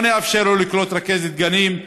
בוא נאפשר לו לקלוט רכזת גנים,